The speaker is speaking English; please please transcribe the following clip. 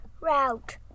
route